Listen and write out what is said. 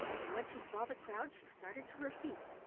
and when she saw the crowd she started to her feet.